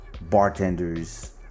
bartenders